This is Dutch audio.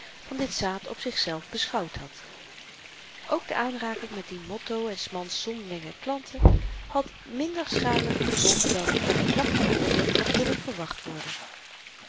van dit zaad op zichzelf beschouwd had ook de aanraking met dien motto en s mans zonderlinge klanten had minder schadelyke gevolgen dan oppervlakkig beoordeeld had kunnen verwacht worden